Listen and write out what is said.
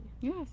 Yes